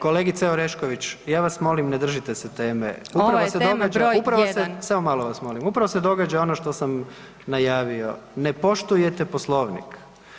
Kolegice Orešković, ja vas molim ne držite se teme [[Upadica Orešković: Ovo je tema broj jedan.]] upravo se događa, samo malo vas molim, upravo se događa ono što sam najavio, ne poštujete Poslovnik.